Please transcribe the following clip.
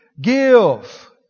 Give